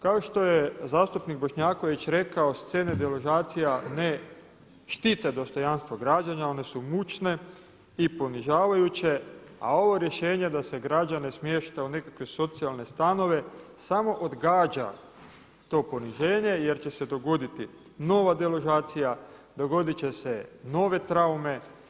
Kao što je zastupnik Bošnjaković rekao scene deložacija ne štite dostojanstvo građana, one su mučne i ponižavajuće, a ovo rješenje da se građane smješta u nekakve socijalne stanove samo odgađa to poniženje jer će se dogoditi nova deložacija, dogodit će se nove traume.